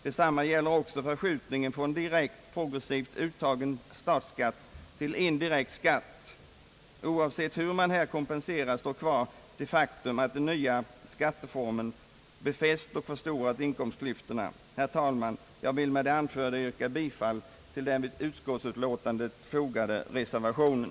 Detsamma gäller förskjutningen från direkt progressivt uttagen statsskatt till indirekt skatt. Oavsett hur man här kompenserar, kvarstår det faktum att den nya skatteformen befäster och förstorar inkomstklyftorna. Herr talman! Jag vill med det anförda yrka bifall till den vid utskottsutlåtandet fogade reservationen.